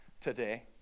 today